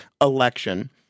election